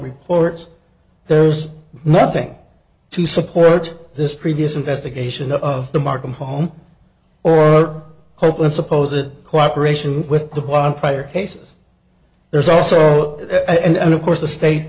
reports there's nothing to support this previous investigation of the markham home or a hopeless suppose it cooperations with the one prior cases there's also and of course the state